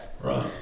right